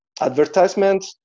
advertisement